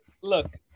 look